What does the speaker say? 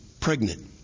pregnant